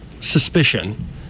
suspicion